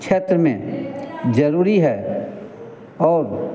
क्षेत्र में ज़रूरी है और